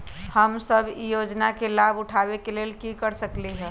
हम सब ई योजना के लाभ उठावे के लेल की कर सकलि ह?